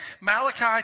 Malachi